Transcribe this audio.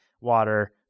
water